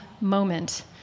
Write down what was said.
moment